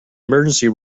emergency